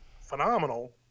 phenomenal